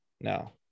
no